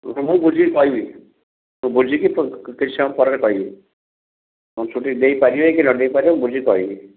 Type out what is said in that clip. ମୁଁ ତୁମକୁ ବୁଝିକି କହିବି ମୁଁ ବୁଝିକି କିଛି ସମୟ ପରେ କହିବି ମୁଁ ଛୁଟି ଦେଇପାରିବେ କି ନ ଦେଇପାରିବ ମୁଁ ବୁଝିକି କହିବି